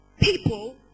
people